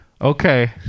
okay